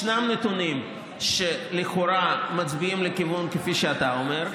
ישנם נתונים שלכאורה מצביעים לכיוון שאתה אומר,